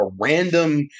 random